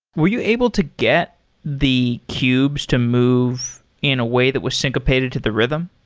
were you able to get the cubes to move in a way that was syncopate to the rhythm?